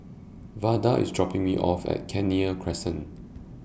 Vada IS dropping Me off At Kenya Crescent